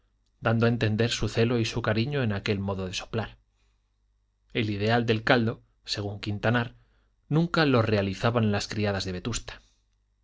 dando a entender su celo y su cariño en aquel modo de soplar el ideal del caldo según quintanar nunca lo realizaban las criadas de vetusta